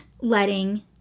letting